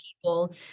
people